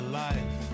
life